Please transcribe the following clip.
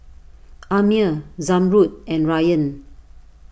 Ammir Zamrud and Ryan